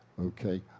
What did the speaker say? okay